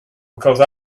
because